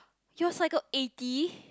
you all cycle eighty